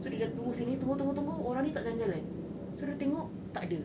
so dia dah tunggu sini tunggu tunggu tunggu orang ni tak jalan-jalan so dia tengok tak ada